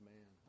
Man